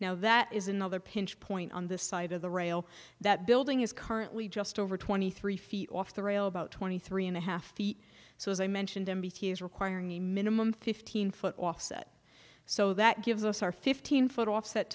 now that is another pinch point on the side of the rail that building is currently just over twenty three feet off the rail about twenty three and a half feet so as i mentioned n b c is requiring a minimum fifteen foot offset so that gives us our fifteen foot offset